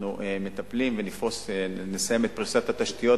אנחנו מטפלים ונסיים את פרישת התשתיות,